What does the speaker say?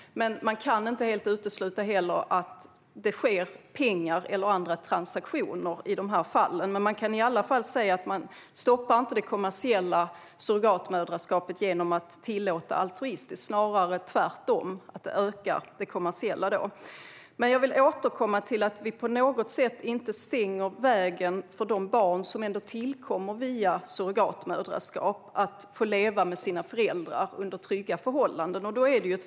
Det går inte heller att helt utesluta att det förekommer pengar eller andra transaktioner i de här fallen. Vi kan i alla fall se att man inte stoppar det kommersiella surrogatmoderskapet genom att tillåta altruistiskt sådant, utan snarare tvärtom: Det kommersiella ökar. Jag vill återkomma till att vi inte på något sätt stänger vägen för de barn som ändå tillkommer via surrogatmoderskap att få leva med sina föräldrar under trygga förhållanden.